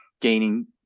gaining